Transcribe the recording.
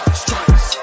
stripes